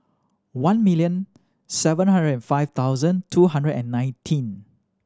one million seven hundred and five thousand two hundred and nineteen